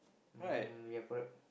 mm ya correct